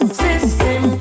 system